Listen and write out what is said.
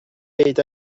est